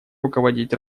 руководить